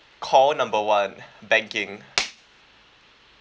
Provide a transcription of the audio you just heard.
call number one banking